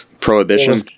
Prohibition